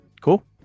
cool